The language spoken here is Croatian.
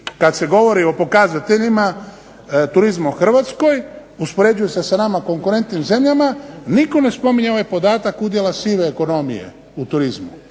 kad se govori o pokazateljima turizma u Hrvatskoj uspoređuju se sa nama konkurentnim zemljama, nitko ne spominje ovaj podatak udjela sive ekonomije u turizmu